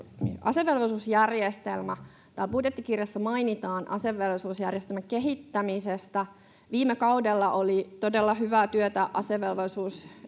Täällä budjettikirjassa mainitaan asevelvollisuusjärjestelmän kehittämisestä. Viime kaudella oli komitea tehnyt todella hyvää työtä asevelvollisuusjärjestelmän